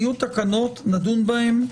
יהיו תקנות, נדון בהם.